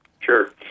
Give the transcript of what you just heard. Sure